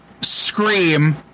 scream